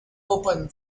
open